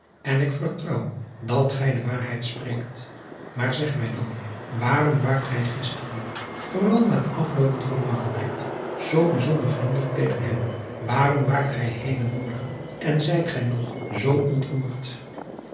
en ik vertrouw dat gij de driaan oosjes zn et leven van illegonda uisman waarheid spreekt aar zeg mij dan waarom waart gij gisteren vooral na het afloopen van den maaltijd zoo bijzonder vriendelijk tegen hem waarom waart gij heden morgen en zijt gij nog zoo ontroerd